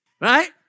right